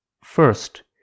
First